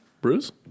Bruce